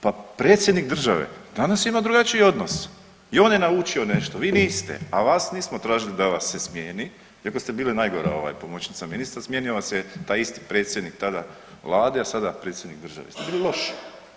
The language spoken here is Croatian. Pa predsjednik države danas ima drugačiji odnos i on je naučio nešto, vi niste, a vas nismo tražili da vas se smjeni iako ste bili najgora ovaj pomoćnica ministra smijenio vas taj isti predsjednik tada vlade, a sada predsjednik države jer ste bili loši.